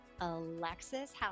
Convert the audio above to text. Alexis